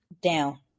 Down